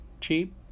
cheap